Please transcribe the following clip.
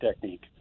technique